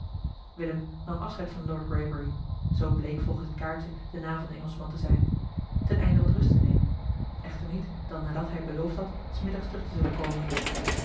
willem nam afscheid van lord greybury zoo bleek volgens het kaartje de naam van den engelschman te zijn ten einde eli heimans willem roda wat rust te nemen echter niet dan nadat hij beloofd had s middags terug te zullen komen